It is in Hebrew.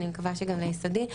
אני מקווה גם ליסודי.